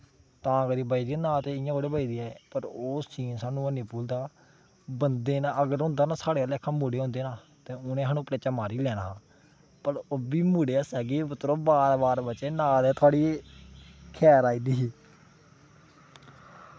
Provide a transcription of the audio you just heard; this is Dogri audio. तां करियै बचदियां न ते इ'यां थोड़ी बचदियां न बट ओह् सीन सानूं ऐनी भुल्लदा बंदे ने अगर होंदा न साढ़े आह्ला लेखा मुड़े होंदे न ते उ'नें सानूं पलेचा मारी बी लैना हा पर ओह् बी मुड़े हस्सा दे कि पुत्तरो बाल बाल बचे ना ते थोआढ़ी खैर आई दी ही